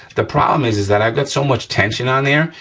the problem is is that i've got so much tension on there,